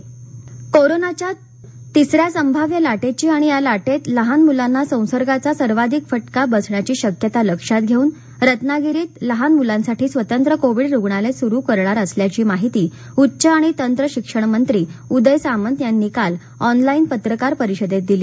Ratnagiri Covid रुग्णालय कोरोनाच्या तिसऱ्या संभाव्य लाटेची आणि या लाटेत लहान मूलांना संसर्गाचा सर्वाधिक फटका बसण्याची शक्यता लक्षात घेऊन रत्नागिरीत लहान मुलांसाठी स्वतंत्र कोविड रुग्णालय सुरू करणार असल्याची माहिती उच्च आणि तंत्रशिक्षणमंत्री उदय सामंत यांनी काल ऑनलाईन पत्रकार परिषदेत दिली